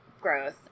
growth